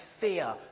fear